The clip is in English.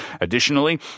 Additionally